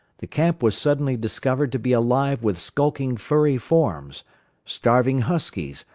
the camp was suddenly discovered to be alive with skulking furry forms starving huskies,